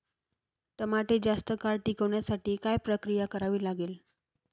टमाटे जास्त काळ टिकवण्यासाठी काय प्रक्रिया करावी लागेल?